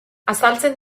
azaltzen